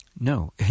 no